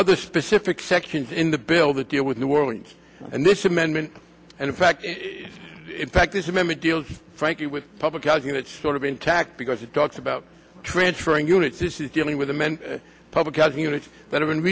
other specific sections in the bill that deal with the world and this amendment and in fact it back this amendment deals frankly with public housing that sort of intact because it talks about transferring units this is dealing with the men public housing units that are in